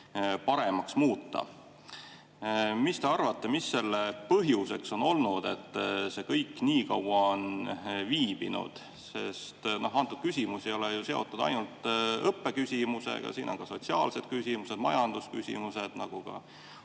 paremaks muuta. Mis te arvate, mis selle põhjuseks on olnud, et see kõik nii kaua on viibinud? Küsimus ei ole ju praegu ainult õppes, siin on ka sotsiaalsed küsimused, majandusküsimused, samuti